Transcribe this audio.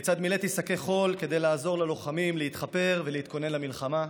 כיצד מילאתי שקי חול כדי לעזור ללוחמים להתחפר ולהתכונן למלחמה.